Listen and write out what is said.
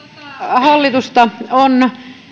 hallitusta on